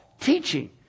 teaching